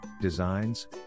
designs